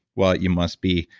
well, you must be.